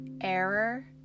Error